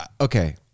Okay